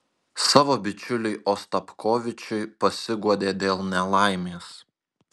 savo bičiuliui ostapkovičiui pasiguodė dėl nelaimės